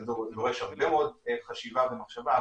זה דורש הרבה מאוד חשיבה ומחשבה,